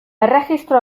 erregistro